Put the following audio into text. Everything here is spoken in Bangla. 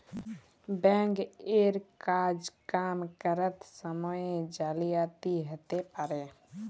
ব্যাঙ্ক এর কাজ কাম ক্যরত সময়ে জালিয়াতি হ্যতে পারে